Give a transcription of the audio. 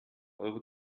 euro